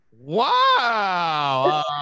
Wow